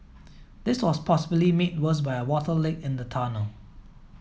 this was possibly made worse by a water leak in the tunnel